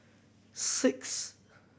six